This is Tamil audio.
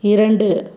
இரண்டு